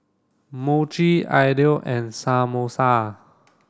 Mochi Idili and Samosa